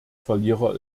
verlierer